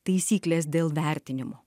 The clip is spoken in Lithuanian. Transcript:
taisyklės dėl vertinimo